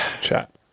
chat